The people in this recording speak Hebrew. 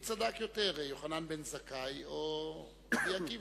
יוחנן בן זכאי או רבי עקיבא.